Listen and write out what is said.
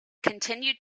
continued